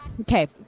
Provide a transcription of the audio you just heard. Okay